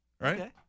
right